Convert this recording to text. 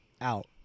out